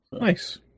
Nice